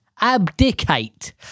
Abdicate